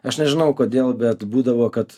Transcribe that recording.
aš nežinau kodėl bet būdavo kad